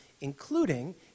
including